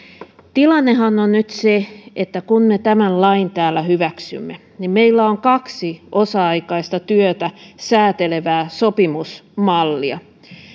tilannehan on nyt se että kun me tämän lain täällä hyväksymme niin meillä on kaksi osa aikaista työtä säätelevää sopimusmallia